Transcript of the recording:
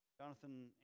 Jonathan